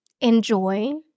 enjoy